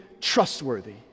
trustworthy